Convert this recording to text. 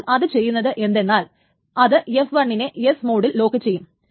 അപ്പോൾ അത് ചെയ്യുന്നത് എന്തെന്നാൽ അത് f1 നെ S മോഡിൽ ലോക്ക് ചെയ്യും